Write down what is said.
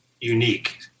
unique